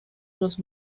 los